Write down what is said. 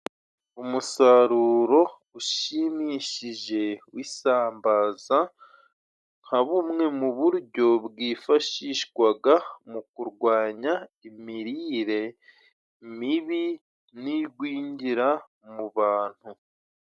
Umusaruro ushimishije w'isambaza nka bumwe mu buryo bwifashishwaga mu kurwanya imirire mibi n'igwingira mu bantu.